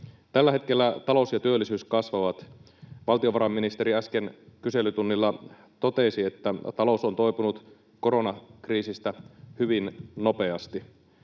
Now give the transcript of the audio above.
Tällä hetkellä talous ja työllisyys kasvavat. Valtiovarainministeri äsken kyselytunnilla totesi, että talous on toipunut koronakriisistä hyvin nopeasti.